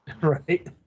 Right